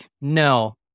no